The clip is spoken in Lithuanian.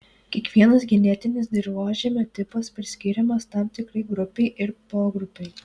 kiekvienas genetinis dirvožemio tipas priskiriamas tam tikrai grupei ir pogrupiui